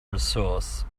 resource